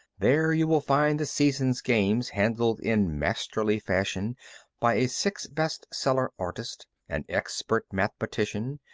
there you will find the season's games handled in masterly fashion by a six-best-seller artist, an expert mathematician,